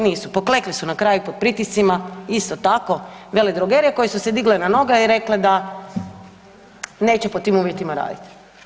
Nisu, poklekli su na kraju pod pritiscima isto tako vele drogerije koje su se digle na noge i rekle da neće pod tim uvjetima raditi.